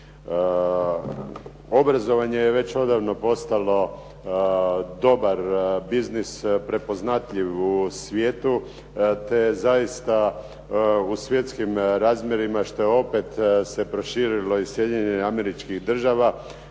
Obrazovanje je već odavno postalo dobar biznis, prepoznatljiv u svijetu te zaista u svjetskim razmjerima što je opet se proširilo iz Sjedinjenih Američkih Država.